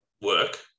work